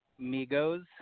Migos